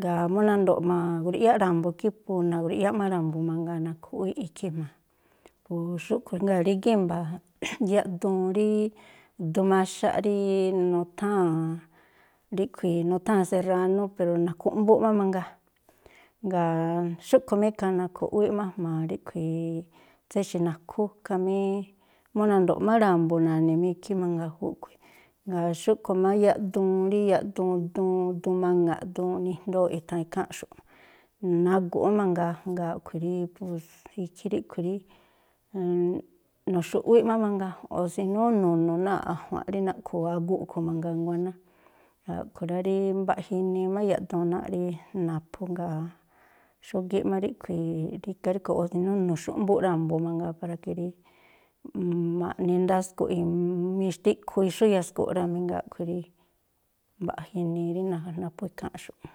Jngáa̱ mú nando̱ꞌ magrui̱ꞌyáꞌ ra̱mbu̱ ikhí, po na̱grui̱ꞌyá má ra̱mbu̱ mangaa na̱khu̱ꞌwíꞌ ikhí jma̱a. Po xúꞌkhui̱, jngáa̱ rígá i̱mba̱ yaꞌduun rí duun maxaꞌ rí nutháa̱n ríꞌkhui̱ nutháa̱n serránú, pero na̱khu̱ꞌmbúꞌ má mangaa, jngáa̱ xúꞌkhui̱ má ikhaa na̱khu̱ꞌwíꞌ má jma̱a ríꞌkhui̱ tséxi̱ nakhú, khamí mú nando̱ꞌ má ra̱mbu̱ na̱ni̱ má ikhí mangaa júꞌkhui̱. Jngáa̱ xúꞌkhui̱ má yaꞌduun rí yaꞌduun duun duun maŋa̱ꞌ, duun nijndooꞌ i̱tha̱an ikháa̱nꞌxu̱, nagu̱ꞌ má manga, jngáa̱ a̱ꞌkhui̱ rí pos ikhí ríꞌkhui̱ rí nu̱xu̱ꞌwíꞌ má mangaa, o̱ sinóó nu̱nu̱ náa̱ꞌ a̱jua̱nꞌ rí naꞌkhu̱u̱ aguꞌ a̱ꞌkhui̱ mangaa nguáná. A̱ꞌkhui̱ rá rí mbaꞌja inii má yaꞌduun náa̱ꞌ rí naphú jngáa̱ xógíꞌ má ríꞌkhui̱ rígá o̱ sinó nu̱xu̱ꞌmbúꞌ ra̱mbu̱ mangaa para ke rí ma̱ꞌni ndasko̱ꞌ mixtiꞌkhu xú iyasko̱ꞌ rámí. Jngáa̱ a̱ꞌkhui̱ rí mbaꞌja inii rí na naphú ikháa̱nꞌxu̱ꞌ.